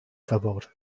verbaut